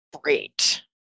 great